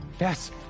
Yes